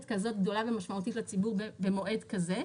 כזאת גדולה ומשמעותית לציבור במועד כזה,